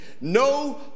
No